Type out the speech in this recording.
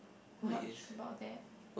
not sure about that